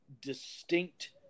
Distinct